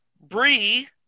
Bree